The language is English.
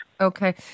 Okay